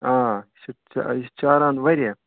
آ یہِ چھِ چا چاران واریاہ